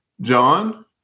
John